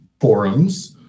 forums